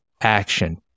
action